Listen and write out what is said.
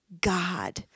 God